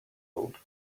old